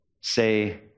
say